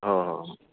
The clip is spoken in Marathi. हो हो हो